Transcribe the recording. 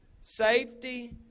safety